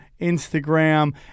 Instagram